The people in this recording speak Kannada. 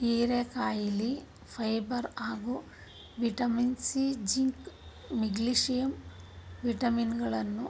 ಹೀರೆಕಾಯಿಲಿ ಫೈಬರ್ ಹಾಗೂ ವಿಟಮಿನ್ ಸಿ, ಜಿಂಕ್, ಮೆಗ್ನೀಷಿಯಂ ವಿಟಮಿನಗಳನ್ನ